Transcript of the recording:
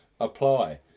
apply